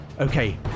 Okay